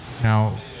Now